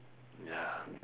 ya